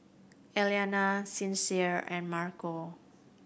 Alayna Sincere and Marco